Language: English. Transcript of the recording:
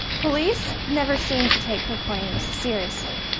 police never seemed to take her claims seriously.